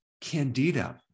Candida